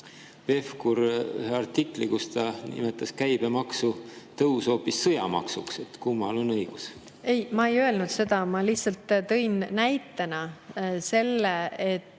Pevkur ühe artikli, kus ta nimetas käibemaksutõusu hoopis sõjamaksuks. Kummal on õigus? Ei, ma ei öelnud seda. Ma lihtsalt tõin näitena selle, et